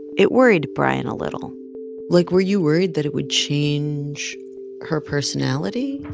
it worried brian a little like, were you worried that it would change her personality.